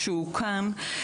כשהוא קם,